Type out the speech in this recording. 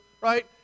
right